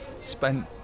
spent